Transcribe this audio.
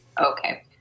Okay